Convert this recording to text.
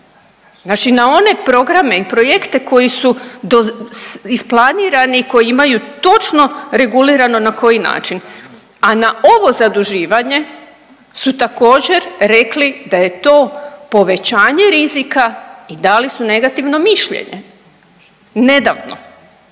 Znači na one programe i projekte koji su isplanirani i koji imaju točno regulirano na koji način. A na ovo zaduživanje su također rekli da je to povećanje rizika i dali su negativno mišljenje nedavno.